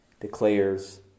declares